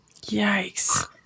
Yikes